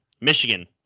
Michigan